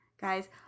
guys